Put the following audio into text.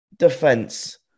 defense